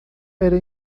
era